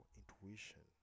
intuition